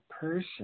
person